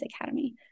Academy